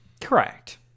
Correct